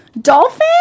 dolphin